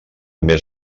més